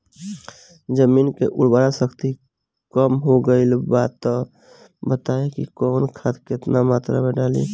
जमीन के उर्वारा शक्ति कम हो गेल बा तऽ बताईं कि कवन खाद केतना मत्रा में डालि?